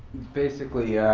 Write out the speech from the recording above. basically,